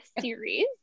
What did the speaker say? series